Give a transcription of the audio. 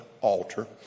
altar